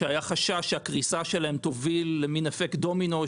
שהיה חשש שהקריסה שלהם תוביל למין אפקט דומינו,